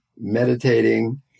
meditating